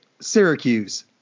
Syracuse